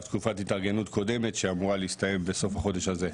תקופת התארגנות קודמת שאמורה להסתיים בסוף החודש הזה.